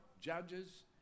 Judges